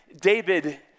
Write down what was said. David